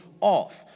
off